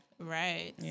Right